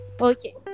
Okay